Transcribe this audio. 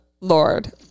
Lord